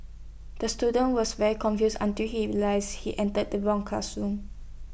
the student was very confused until he realised he entered the wrong classroom